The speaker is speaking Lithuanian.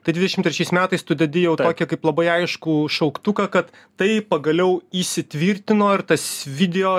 tai dvidešimt trečiais metais tu dedi jau tokią kaip labai aiškų šauktuką kad tai pagaliau įsitvirtino ir tas video